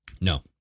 No